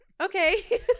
okay